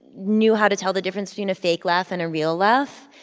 knew how to tell the difference between a fake laugh and a real laugh.